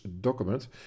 document